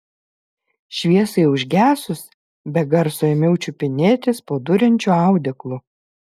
šviesai užgesus be garso ėmiau čiupinėtis po duriančiu audeklu